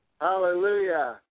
Hallelujah